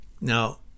Now